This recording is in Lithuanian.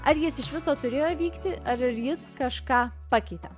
ar jis iš viso turėjo vykti ar ir jis kažką pakeitė